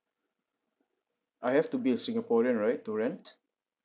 I have to be a singaporean right to rent